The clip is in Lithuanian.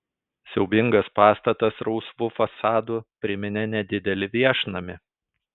siaubingas pastatas rausvu fasadu priminė nedidelį viešnamį